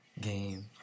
game